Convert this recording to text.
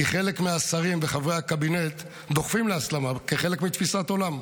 כי חלק מהשרים וחברי הקבינט דוחפים להסלמה כחלק מתפיסת עולם.